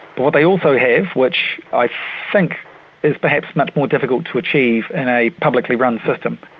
but what they also have, which i think is perhaps much more difficult to achieve in a publicly-run system,